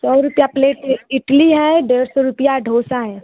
सौ रुपया प्लेट यह इडली है डेढ़ सौ रुपया डोसा है